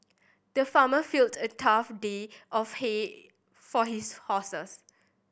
the farmer filled a trough of hay for his horses